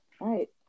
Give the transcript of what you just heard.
Right